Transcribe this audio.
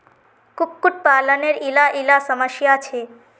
कुक्कुट पालानेर इला इला समस्या छे